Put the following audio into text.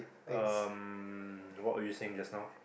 ah what were you saying just now